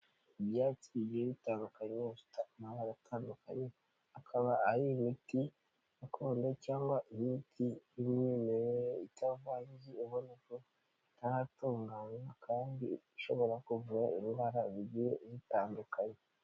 Ibyatsi bigiye bitandukanye bifite amabara atandukanye, akaba ari imiti gakondo cyangwa imiti y'umwimerere itavangiye ubona ko itaratunganywa kandi ishobora kuvura indwara zigiye zitandukanye.